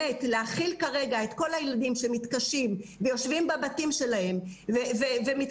להכיל כרגע את כל הילדים שיושבים בבתים שלהם ומתקשים,